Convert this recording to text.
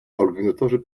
organizatorzy